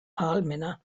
ahalmena